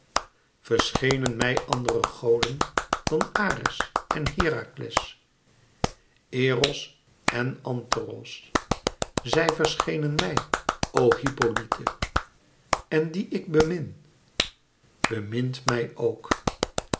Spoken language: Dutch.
verschenen mij àndere goden dan ares en herakles eros èn anteros zij verschenen mij o hippolyte en die ik bemin bemint mij ook